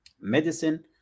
medicine